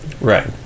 right